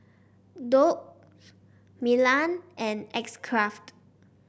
Doux Milan and X Craft